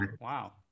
wow